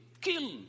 kill